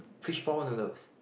fishball noodles